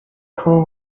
crew